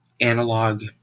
analog